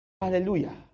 Hallelujah